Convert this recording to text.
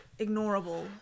ignorable